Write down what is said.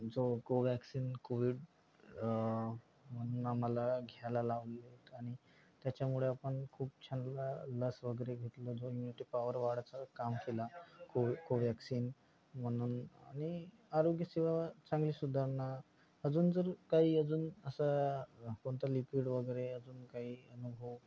जो Covaxin Covid म्हणून आम्हाला घ्यायला लावले आणि त्याच्यामुळे आपण खूप छान ला लस वगैरे घेतलं जो इम्युनिटी पावर वाढायचं काम केला को कोव्हॅक्सिन म्हणून आणि आरोग्यसेवा चांगली सुधारणा अजून जर काही अजून असा कोणता लिक्विड वगैरे अजून काही अनुभव